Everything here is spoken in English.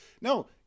No